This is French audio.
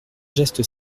geste